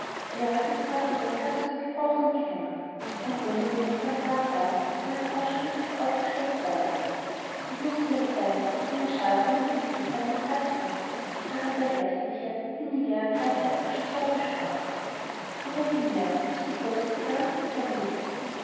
hier hatten die tapeziere tagsüber gepocht und gehämmert und unermüdlich waren tragbahren voll orangerie treppauf geschleppt worden und mußte es sein daß sich eine schar fremder gesichter um den sarg drängte während der geistliche innige ergreifende abschiedsworte sprach aber je mehr desto größer die ehre für die familie